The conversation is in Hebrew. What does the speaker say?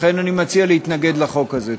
לכן אני מציע להתנגד לחוק הזה.